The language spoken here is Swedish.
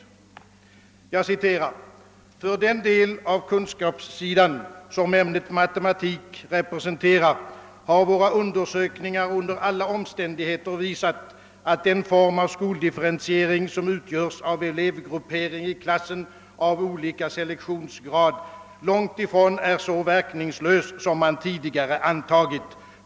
Urban Dahllöf skriver: »För den del av kunskapssidan som ämnet matematik representerar har våra undersökningar under alla omständigheter visat, att den form av skoldifferentiering som utgörs av elevgruppering i klasser av olika selektionsgrad långt ifrån är så verkningslös som man tidigare antagit.